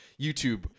YouTube